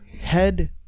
head